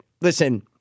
listen